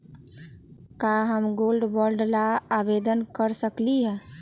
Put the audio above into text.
का हम gold bond ला आवेदन कर सकली ह?